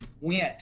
went